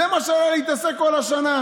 זה מה שהיה להתעסק כל השנה.